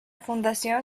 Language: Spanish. fundación